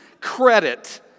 credit